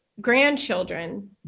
grandchildren